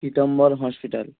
Pitambar hospital